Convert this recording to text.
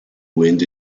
wind